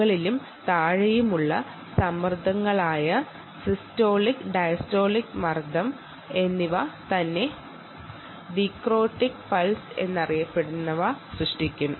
കൂടിയതും കുറഞ്ഞതുമായ സമ്മർദ്ദങ്ങളായ സിസ്റ്റോളിക് ഡയസ്റ്റോളിക് സമ്മർദ്ദങ്ങൾ ഡിക്രോറ്റിക് പൾസ് സൃഷ്ടിക്കും